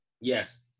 Yes